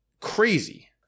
crazy